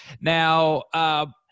Now